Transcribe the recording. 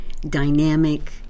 dynamic